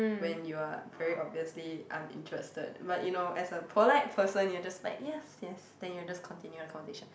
when you are very obviously uninterested but you know as a polite person you just like yes yes then you just continue conversation